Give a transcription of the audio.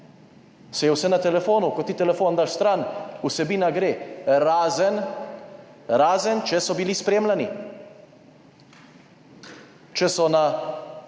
saj je vse na telefonu, ko ti telefon daš stran, vsebina gre. Razen, razen, če so bili spremljani, če so na